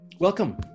Welcome